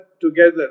together